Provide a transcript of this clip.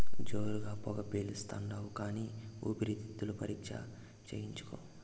జోరుగా పొగ పిలిస్తాండావు కానీ ఊపిరితిత్తుల పరీక్ష చేయించుకో